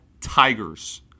Tigers